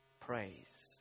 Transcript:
praise